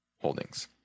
holdings